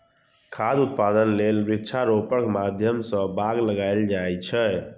खाद्य उत्पादन लेल वृक्षारोपणक माध्यम सं बाग लगाएल जाए छै